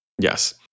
Yes